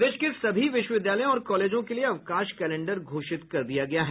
प्रदेश के सभी विश्वविद्यालयों और कॉलेजों के लिए अवकाश कैलेंडर घोषित कर दिया गया है